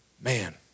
Man